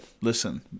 listen